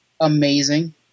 amazing